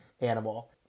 animal